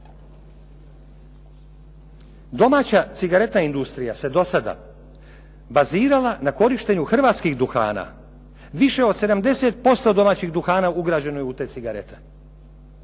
Domaća cigareta i industrija se do sada bazirala na korištenju hrvatskih duhana više od 70% do0maćih duhana ugrađeno je u te cigarete,